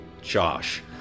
Josh